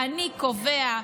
אני קובע.